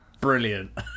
Brilliant